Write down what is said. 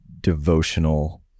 devotional